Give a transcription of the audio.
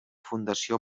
fundació